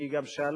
כי היא גם שאלה,